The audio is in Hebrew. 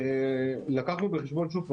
אתה יכול לקחת תיכון לחוד.